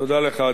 תודה לך,